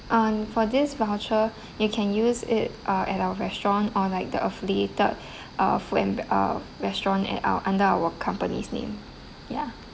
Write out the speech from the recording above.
and for this voucher you can use it uh at our restaurant or like the affiliated uh food and a restaurant at our under our company's name ya